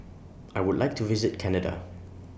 I Would like to visit Canada